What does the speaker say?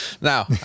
Now